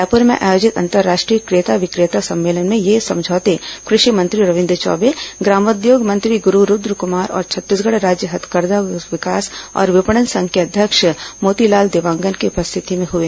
रायपूर में आयोजित अंतर्राष्ट्रीय क्रेता विक्रेता सम्मेलन में ये समझौते कृषि मंत्री रविन्द्र चौबे ग्रामोद्योग मंत्री गुरू रूद्रकुमार और छत्तीसगढ़ राज्य हाथकरघा विकास और विपणन संघ के अध्यक्ष मोतीलाल देवांगन की उपस्थिति में हुए